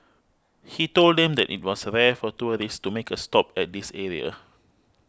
he told them that it was rare for tourists to make a stop at this area